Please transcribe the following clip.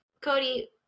cody